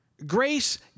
Grace